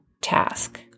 task